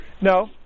No